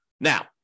Now